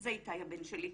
זה איתי הבן שלי.